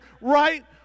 right